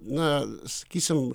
na sakysim